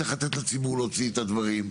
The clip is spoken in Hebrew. צריך לתת לציבור להוציא את הדברים,